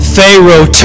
Pharaoh